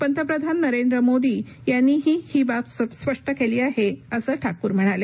पंतप्रधान नरेंद्र मोदी यांनीही ही बाब स्पष्ट केली आहे असं ठाकूर म्हणाले